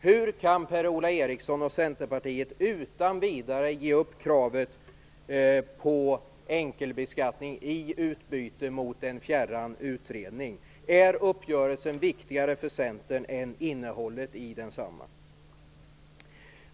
Hur kan Per-Ola Eriksson och Centerpartiet utan vidare ge upp kravet på enkelbeskattning i utbyte mot en fjärran utredning? Är uppgörelsen viktigare för Centern än innehållet i densamma?